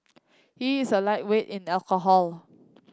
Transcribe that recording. he is a lightweight in alcohol